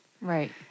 Right